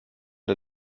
der